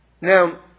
Now